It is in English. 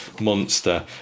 monster